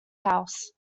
house